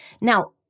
Now